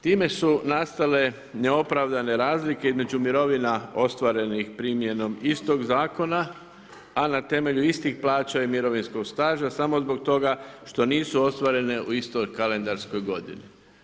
Time su nastale neopravdane razlike između mirovina ostvarenih primjenom istog zakona, a na temelju istih plaća i mirovinskog staža samo zbog toga što nisu ostvarene u istoj kalendarskoj godini.